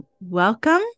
welcome